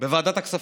בוועדת הכספים.